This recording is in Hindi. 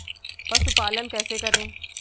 पशुपालन कैसे करें?